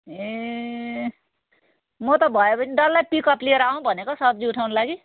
ए म त भयो भने डल्लै पिकअप लिएर आउँ भनेको सब्जी उठाउनु लागि